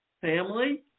family